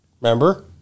remember